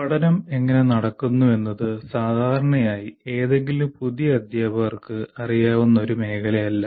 പഠനം എങ്ങനെ നടക്കുന്നു എന്നത് സാധാരണയായി ഏതെങ്കിലും പുതിയ അധ്യാപകർക്ക് അറിയാവുന്ന ഒരു മേഖലയല്ല